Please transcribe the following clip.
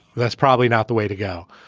that's probably not the way to go.